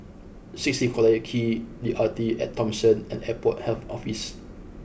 Sixteen Collyer Quay The Arte at Thomson and Airport Health Office